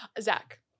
Zach